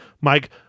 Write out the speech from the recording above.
Mike